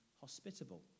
hospitable